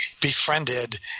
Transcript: befriended